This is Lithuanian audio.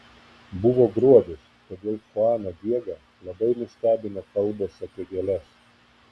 buvo gruodis todėl chuaną diegą labai nustebino kalbos apie gėles